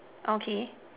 okay